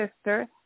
sister